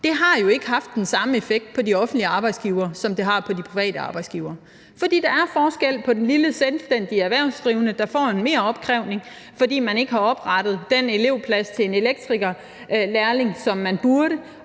Det har jo ikke haft den samme effekt på de offentlige arbejdsgivere, som det har på de private arbejdsgivere. For der er forskel på den lille selvstændige erhvervsdrivende, der får en meropkrævning, fordi man ikke har oprettet den elevplads til en elektrikerlærling, som man burde,